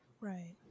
Right